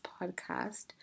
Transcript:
Podcast